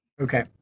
Okay